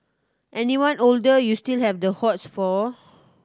anyone older you still have the hots for